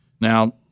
Now